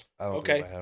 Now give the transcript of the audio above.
Okay